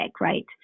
right